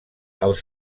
els